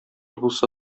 булса